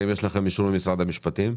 האם יש לכם אישור ממשרד המשפטים?